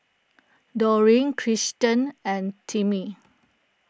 Doreen Krysten and Timmie